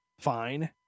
Fine